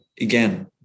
Again